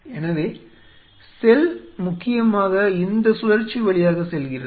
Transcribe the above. எனவே செல் முக்கியமாக இந்த சுழற்சி வழியாக செல்கிறது